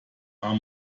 are